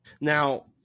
Now